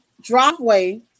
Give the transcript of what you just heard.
driveway